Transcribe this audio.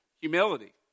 humility